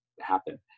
happen